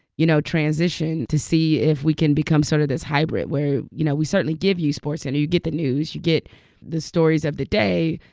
you know, transition to see if we can become sort of this hybrid where, you know, we certainly give you sportscenter. you get the news, you get the stories of the day,